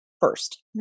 first